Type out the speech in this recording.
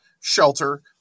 shelter